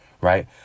right